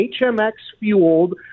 HMX-fueled